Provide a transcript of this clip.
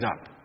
up